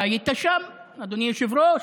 אתה היית שם, אדוני היושב-ראש.